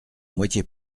moitié